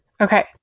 Okay